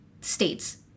states